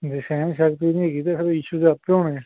ਜੇ ਸਹਿਣ ਸ਼ਕਤੀ ਨਹੀਂ ਹੈਗੀ ਤਾਂ ਫਿਰ ਇਸ਼ੂ ਤਾਂ ਆਪੇ ਹੋਣਗੇ